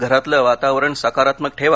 घरातलं वातावरण सकारात्मक ठेवा